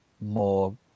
more